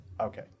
Okay